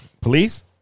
Police